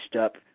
up